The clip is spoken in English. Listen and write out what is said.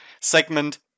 segment